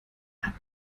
hat